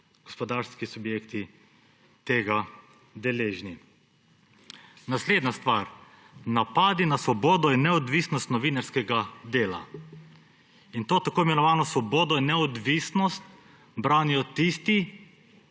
gospodarski subjekti tega deležni. Naslednja stvar, napadi na svobodo in neodvisnost novinarskega dela. To tako imenovano svobodo in neodvisnost branijo tisti,